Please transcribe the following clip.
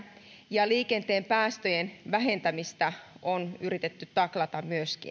ja myöskin liikenteen päästöjen vähentämistä on yritetty taklata